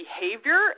behavior